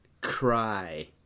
Cry